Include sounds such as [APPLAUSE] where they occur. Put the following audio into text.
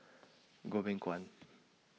Goh Beng Kwan [NOISE]